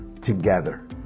together